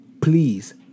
please